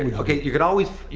and okay, you could always,